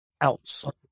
outside